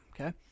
okay